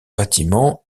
bâtiments